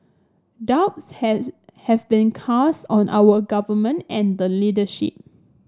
doubts have been cast on our Government and the leadership